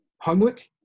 homework